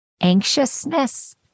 anxiousness